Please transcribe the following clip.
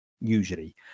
usually